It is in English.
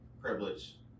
privilege